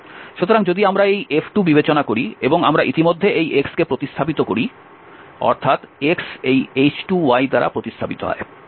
সুতরাং যদি আমরা এই F2বিবেচনা করি এবং আমরা ইতিমধ্যে এই x কে প্রতিস্থাপিত করি অর্থাৎ x এই h2দ্বারা প্রতিস্থাপিত হয়